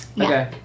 Okay